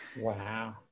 Wow